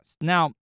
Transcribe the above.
Now